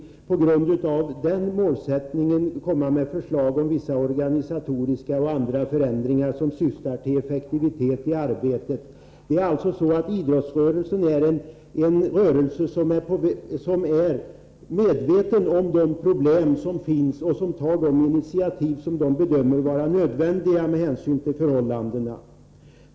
På grundval av den målsättningen avser man att lägga fram förslag om organisatoriska och vissa andra förändringar som syftar till effektivitet i arbetet. Idrottsrörelsen är alltså medveten om de problem som finns och tar de initiativ som den bedömer vara nödvändiga med hänsyn till förhållandena.